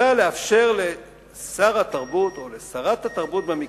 מוצע לאפשר לשר התרבות והספורט,